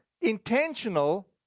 intentional